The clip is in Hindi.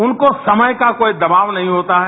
उनको समय का कोई दवाब नहीं होता है